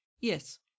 yes